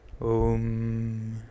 Om